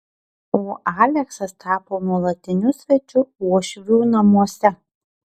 o aleksas tapo nuolatiniu svečiu uošvių namuose